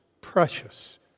Precious